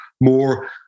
more